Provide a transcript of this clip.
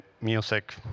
music